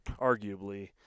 arguably